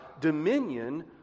dominion